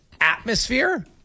atmosphere